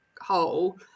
hole